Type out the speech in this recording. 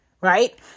right